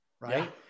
right